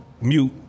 mute